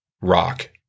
rock